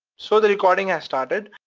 so, the recording has started.